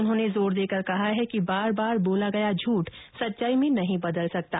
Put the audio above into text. उन्होंने जोर देकर कहा है कि बार बार बोला गया झूठ सच्चाई में नहीं बदल सकता